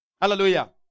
Hallelujah